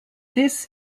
this